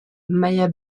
maya